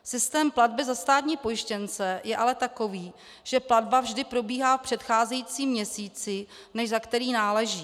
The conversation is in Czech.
Systém platby za státní pojištěnce je ale takový, že platba vždy probíhá v předcházejícím měsíci, než za který náleží.